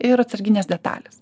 ir atsarginės detalės